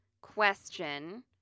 question